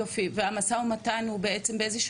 יופי, ובאיזה שלב המשא ומתן נמצא?